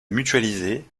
mutualiser